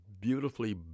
beautifully